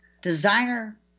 designer